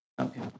Okay